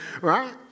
Right